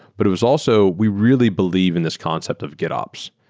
but it was also we really believe in this concept of gitops,